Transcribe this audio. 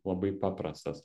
labai paprastos